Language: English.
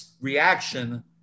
reaction